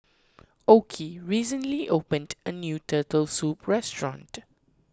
Okey recently opened a new Turtle Soup restaurant